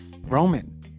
Roman